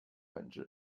本质